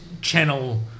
channel